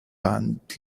banned